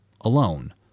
alone